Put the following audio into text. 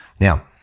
Now